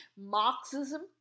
marxism